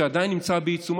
שעדיין נמצא בעיצומו,